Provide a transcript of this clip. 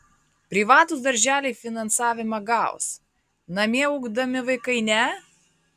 privatūs darželiai finansavimą gaus namie ugdomi vaikai ne